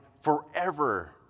forever